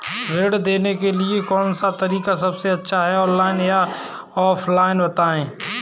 ऋण लेने के लिए कौन सा तरीका सबसे अच्छा है ऑनलाइन या ऑफलाइन बताएँ?